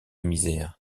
misère